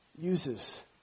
uses